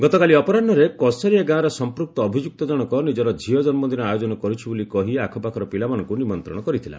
ଗତକାଲି ଅପରାହ୍ନରେ କସରିଆ ଗାଁର ସଂପୂକ୍ତ ଅଭିଯୁକ୍ତ ଜଣକ ନିଜର ଝିଅ ଜନ୍ମଦିନ ଆୟୋଜନ କରୁଛି ବୋଲି କହି ଆଖପାଖର ପିଲାମାନଙ୍କୁ ନିମନ୍ତ୍ରଣ କରିଥିଲା